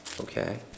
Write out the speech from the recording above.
Okay